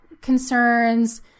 concerns